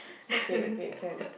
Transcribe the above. okay okay can